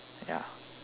ya